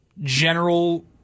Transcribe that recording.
general